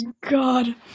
god